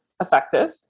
effective